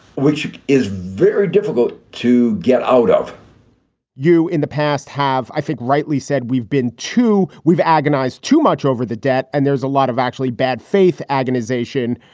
which is very difficult to get out of you in the past have, i think, rightly said we've been to we've agonized too much over the debt and there's a lot of actually bad faith, afghanization.